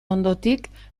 ondotik